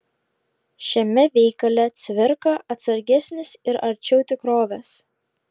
šiame veikale cvirka atsargesnis ir arčiau tikrovės